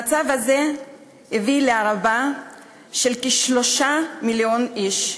המצב הזה הביא להרעבה של כ-3 מיליון איש.